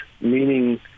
Meaning